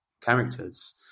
characters